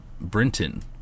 Brinton